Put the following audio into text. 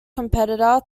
competitor